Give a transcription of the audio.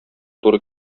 туры